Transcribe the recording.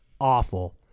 awful